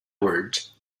words